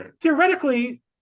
Theoretically